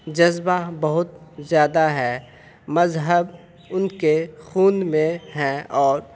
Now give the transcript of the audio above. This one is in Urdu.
جذبہ بہت زیادہ ہے مذہب ان کے خون میں ہے اور